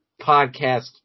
podcast